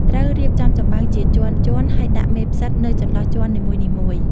ត្រូវរៀបចំចំបើងជាជាន់ៗ ហើយដាក់មេផ្សិតនៅចន្លោះជាន់នីមួយៗ។